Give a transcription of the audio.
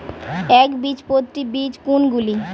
একবীজপত্রী বীজ কোন গুলি?